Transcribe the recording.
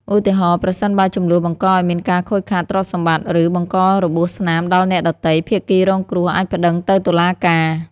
ឧទាហរណ៍ ប្រសិនបើជម្លោះបង្កឲ្យមានការខូចខាតទ្រព្យសម្បត្តិ ឬបង្ករបួសស្នាមដល់អ្នកដទៃ ភាគីរងគ្រោះអាចប្តឹងទៅតុលាការ។